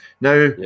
Now